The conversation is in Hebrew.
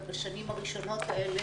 בשלוש השנים האלה,